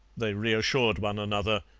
they reassured one another.